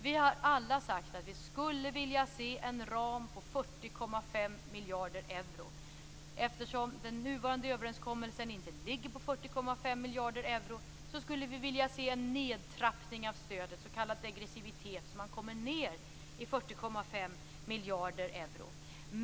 Vi har alla sagt att vi skulle vilja se en ram på 40,5 miljarder euro. Eftersom den nuvarande överenskommelsen inte ligger på 40,5 miljarder euro skulle vi vilja se en nedtrappning av stödet, s.k. degressivitet, så att man kommer ned till 40,5 miljarder euro.